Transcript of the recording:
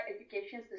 education